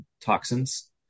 toxins